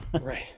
Right